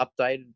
updated